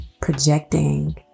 projecting